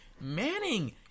Manning